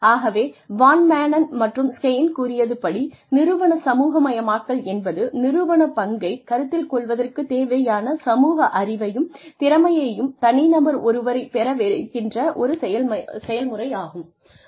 ஆகவே Van Maanen மற்றும் Schein கூறியது படி நிறுவன சமூக மயமாக்கல் என்பது நிறுவனப் பங்கைக் கருத்தில் கொள்வதற்குத் தேவையான சமூக அறிவையும் திறமையையும் தனிநபர் ஒருவரைப் பெற வைக்கின்ற ஒரு செயல்முறையாகும்